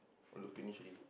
want to finish already